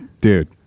dude